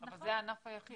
זה הענף היחיד.